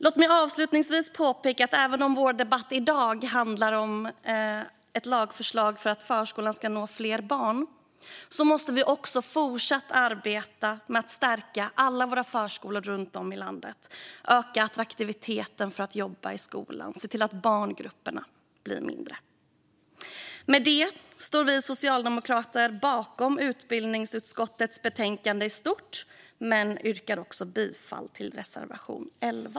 Låt mig avslutningsvis påpeka att även om denna debatt handlar om ett lagförslag för att förskolan ska nå fler barn måste vi också fortsätta arbeta med att stärka alla våra förskolor runt om i landet, öka attraktiviteten i att jobba i skolan och se till att barngrupperna blir mindre. Vi socialdemokrater står bakom utbildningsutskottets betänkande i stort, men jag yrkar bifall till reservation 11.